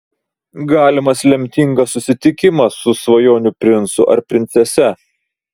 galimas lemtingas susitikimas su svajonių princu ar princese